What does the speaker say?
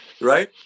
Right